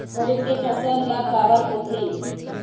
खरीफ के फसल ला काबर बोथे?